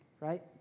right